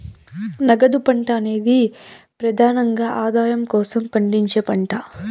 నగదు పంట అనేది ప్రెదానంగా ఆదాయం కోసం పండించే పంట